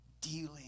dealing